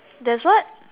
there's what